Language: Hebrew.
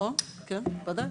נכון, כן, וודאי.